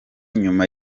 nyuma